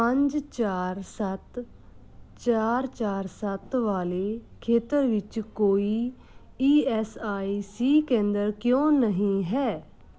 ਪੰਜ ਚਾਰ ਸੱਤ ਚਾਰ ਚਾਰ ਸੱਤ ਵਾਲੇ ਖੇਤਰ ਵਿੱਚ ਕੋਈ ਈ ਐੱਸ ਆਈ ਸੀ ਕੇਂਦਰ ਕਿਉਂ ਨਹੀਂ ਹੈ